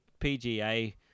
PGA